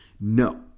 No